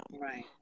Right